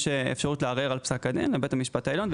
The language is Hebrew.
יש אפשרות לערער על פסק הדין לבית המשפט העליון,